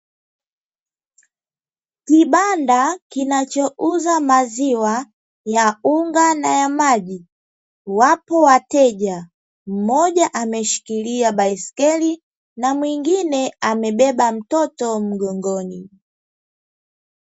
Kibanda kinachouza maziwa ya unga na ya maji, wapo wateja mmoja ameshikilia baiskeli na mwingine amebeba mtoto mgongoni.